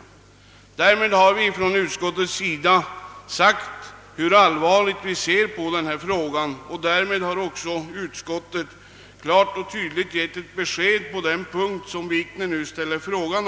i Därmed har vi från utskottets sida sagt hur allvarligt vi ser på denna fråga. Utskottet har också klart och tydligt gett besked på den punkt som herr Wikner avsåg med sin fråga,